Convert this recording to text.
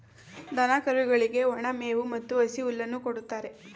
ದನ ಕರುಗಳಿಗೆ ಒಣ ಮೇವು ಮತ್ತು ಹಸಿ ಹುಲ್ಲನ್ನು ಕೊಡುತ್ತಾರೆ